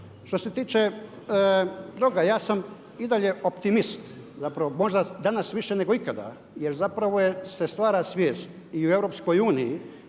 Što se tiče toga ja sam i dalje optimist, zapravo možda danas više nego ikada jer zapravo se stvara svijest i u EU